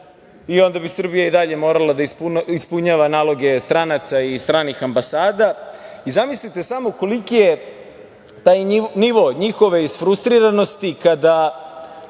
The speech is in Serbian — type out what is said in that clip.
i onda bi Srbija i dalje morala da ispunjava naloge stranaca i stranih ambasada. Zamislite samo koliki je taj nivo njihove isfrustriranosti kada